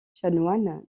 chanoine